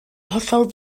hollol